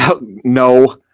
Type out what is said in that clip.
No